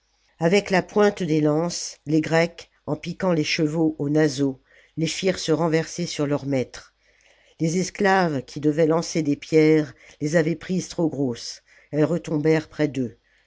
avec la pointe des lances les grecs en piquant les chevaux aux naseaux les firent se renverser sur leurs maîtres les esclaves qui devaient lancer des pierres les avaient prises trop grosses elles retombèrent près d'eux